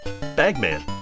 Bagman